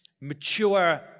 mature